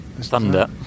thunder